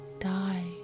die